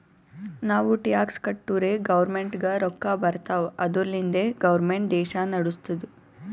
ನಾವು ಟ್ಯಾಕ್ಸ್ ಕಟ್ಟುರೇ ಗೌರ್ಮೆಂಟ್ಗ ರೊಕ್ಕಾ ಬರ್ತಾವ್ ಅದುರ್ಲಿಂದೆ ಗೌರ್ಮೆಂಟ್ ದೇಶಾ ನಡುಸ್ತುದ್